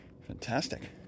fantastic